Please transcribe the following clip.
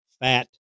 Fat